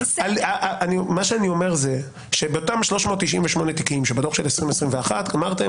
מה שאני אומר זה שבאותם 398 תיקים שנמצאים בדו"ח של 2021 אמרתם,